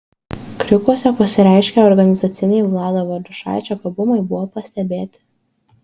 kriukuose pasireiškę organizaciniai vlado valiušaičio gabumai buvo pastebėti